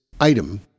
item